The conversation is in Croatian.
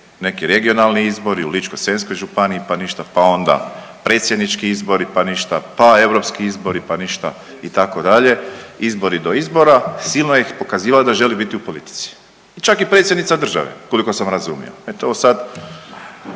neki regionalni izbori u Ličko-senjskoj županiji pa ništa, pa onda predsjednički izbori pa ništa, pa europski izbori pa ništa itd., izbori do izbora silno je pokazivala da želi biti u politici, čak i predsjednica države koliko sam razumio.